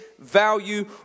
value